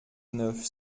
neuf